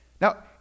Now